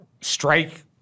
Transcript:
Strike